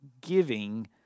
Giving